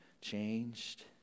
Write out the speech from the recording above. changed